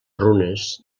runes